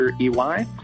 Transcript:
E-Y